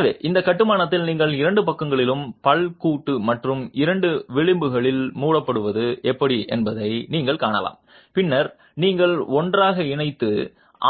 எனவே இந்த கட்டுமானத்தில் நீங்கள் இரண்டு பக்கங்களிலும் பல் கூட்டு மற்றும் இரண்டு விளிம்புகளில் மூடப்படுவது எப்படி என்பதை நீங்கள் காணலாம் பின்னர் நீங்கள் ஒன்றாக இணைத்து